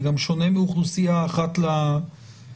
זה גם שונה מאוכלוסייה אחת לאחרת.